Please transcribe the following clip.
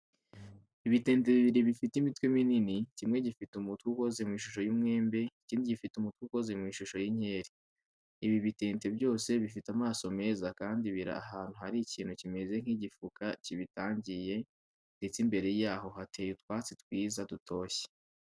Ibitente bibiri bifite imitwe minini, kimwe gifite umutwe ukoze mu ishusho y'umwembe, ikindi gifite umutwe ukoze mu ishusho y'inkeri. Ibi bitente byose bifite amaso meza kandi biri ahantu hari ikintu kimeze nk'igifuka kibitangiye ndetse imbere yaho hateye utwatsi twiza dutoshye.